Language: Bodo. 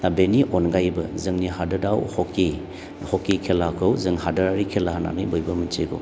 दा बेनि अनगायैबो जोंनि हादोराव हकि खेलाखौ जों हादोरारि खेला होननानै बयबो मिनथिगौ